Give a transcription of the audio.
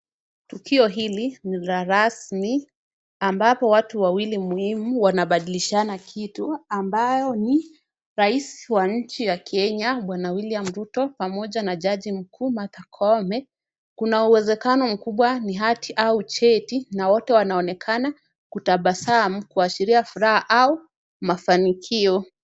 Tukio hili ni la rasmi ambapo watu wawili muhimu wanabadilishana kitu ambayo ni Rais wa nchi ya Kenya Bwana William Ruto pamoja na jaji mkuu Martha Koome. Kuna uwezekano mkubwa ni hati au cheti na wote wanaonekana kutabasamu kuashiria furaha au mafanikio.